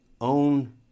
own